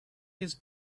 his